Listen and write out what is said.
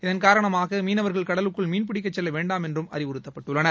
இதன் காரணமாகமீனவர்கள் கடலுக்குள் மீன்பிடிக்கசெல்லவேண்டாம் என்றுஅறிவுறுத்தப்பட்டுள்ளனர்